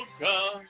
come